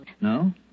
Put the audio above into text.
No